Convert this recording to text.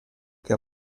che